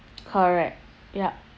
correct yup